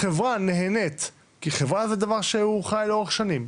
החברה נהנית, כי חברה זה דבר שהוא חי לאורך שנים,